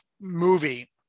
movie